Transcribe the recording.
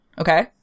Okay